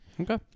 okay